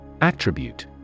Attribute